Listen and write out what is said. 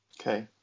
Okay